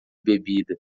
bebida